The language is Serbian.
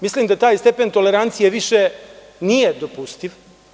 Mislim da taj stepen tolerancije više nije dopustiv.